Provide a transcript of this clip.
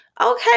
Okay